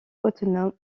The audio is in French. autonome